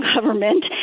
government